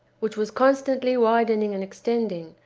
which was constantly widening and extending,